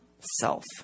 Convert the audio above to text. self